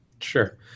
Sure